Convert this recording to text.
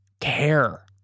care